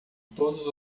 todos